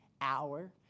hour